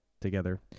together